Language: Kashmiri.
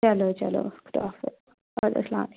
چلو چلو خُدا حافِظ وعلیکُم سلامُ